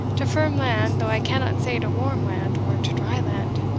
to firm land, though i cannot say to warm land or to dry land.